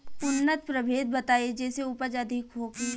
उन्नत प्रभेद बताई जेसे उपज अधिक होखे?